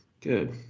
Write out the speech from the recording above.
Good